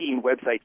websites